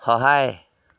সহায়